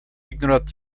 ignorovat